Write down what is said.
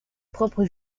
propres